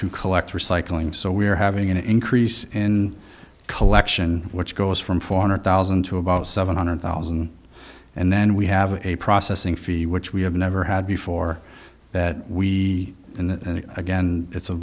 to collect recycling so we're having an increase in collection which goes from four hundred thousand to about seven hundred thousand and then we have a processing fee which we have never had before that we and again it's a